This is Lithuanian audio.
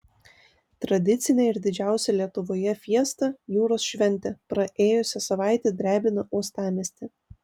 tradicinė ir didžiausia lietuvoje fiesta jūros šventė praėjusią savaitę drebino uostamiestį